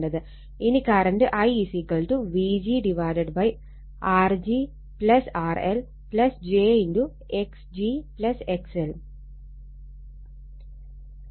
ഇനി current IVg R g RL j X g XL